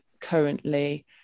currently